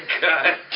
god